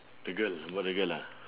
the girl about the girl ah